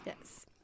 Yes